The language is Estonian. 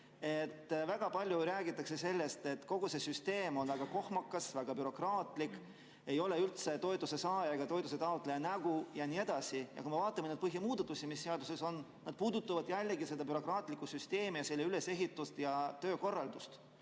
Väga palju räägitakse sellest, et kogu see süsteem on väga kohmakas, väga bürokraatlik, ei ole üldse näoga toetuse saaja, toetuse taotleja poole. Ja kui ma vaatan põhilisi muudatusi, mis seaduses on, siis nad puudutavad jällegi seda bürokraatlikku süsteemi, selle ülesehitust ja töökorraldust.